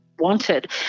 wanted